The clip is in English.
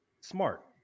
smart